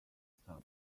system